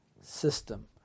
System